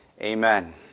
amen